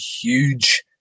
huge